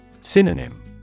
Synonym